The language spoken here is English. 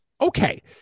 okay